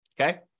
okay